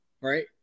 right